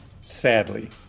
Sadly